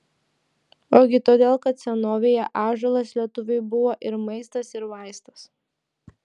ogi todėl kad senovėje ąžuolas lietuviui buvo ir maistas ir vaistas